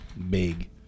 big